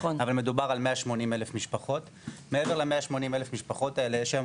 אבל מדובר על 180,000 משפחות מעבר אליהם יש היום